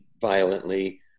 violently